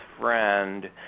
friend